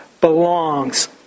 belongs